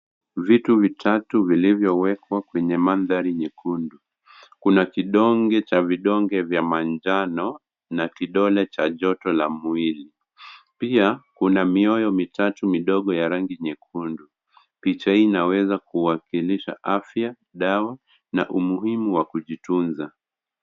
Vitu vitatu vilivyowekwa kwenye mandhari nyekundu kuna kidonge cha vidonge vya manjano na kidole cha joto la mwili pia kuna mioyo mitatu midogo ya rangi nyekundu picha hii inaweza kuwakilisha afya dawa na umuhimu wa kujitunza.